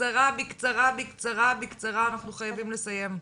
בקצרה בקצרה, אנחנו חייבים לסיים.